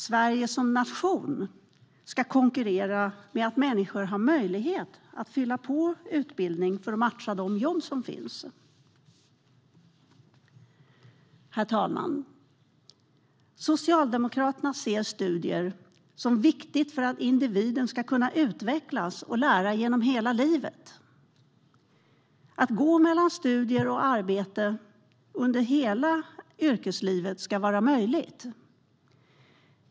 Sverige som nation ska konkurrera med att människor har möjlighet att fylla på med utbildning för att matcha de jobb som finns. Herr talman! Socialdemokraterna ser studier som viktigt för att individen ska kunna utvecklas och lära genom hela livet. Att gå mellan studier och arbete under hela yrkeslivet ska vara möjligt.